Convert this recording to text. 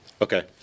Okay